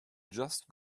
just